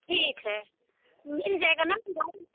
ठीक है मिल जाएगा ना हमको